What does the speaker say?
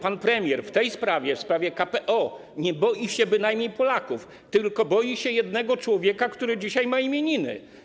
Pan premier jednak w tej sprawie, w sprawie KPO, nie boi się bynajmniej Polaków, tylko boi się jednego człowieka, który dzisiaj ma imieniny.